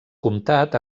comtat